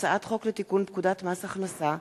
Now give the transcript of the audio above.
הצעת חוק לתיקון פקודת מס הכנסה (מס'